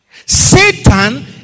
Satan